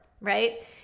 right